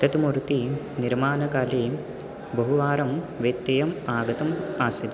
तत् मूति निर्माणकाले बहुवारं व्यत्ययम् आगतम् आसीत्